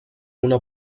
una